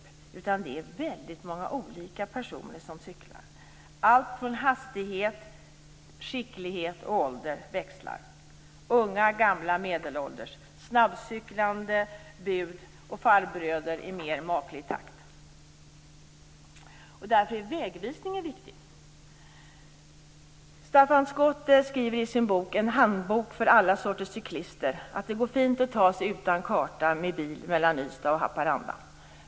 I stället är det väldigt olika personer som cyklar. Det varierar när det gäller hastighet, skicklighet och ålder. Det handlar om unga, gamla och medelålders samt om snabbcyklande, bud och farbröder som tar sig fram i mera maklig takt. Därför är vägvisningen viktig. Staffan Skott skriver i sin bok En handbok för alla sorters cyklister att det går fint att utan karta ta sig med bil mellan Ystad och Haparanda.